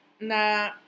na